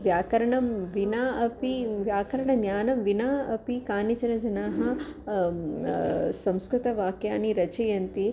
व्याकरणं विना अपि व्याकरणस्य ज्ञानेन विना अपि कानिचन जनाः संस्कृतवाक्यानि रचयन्ति